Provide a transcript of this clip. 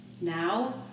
Now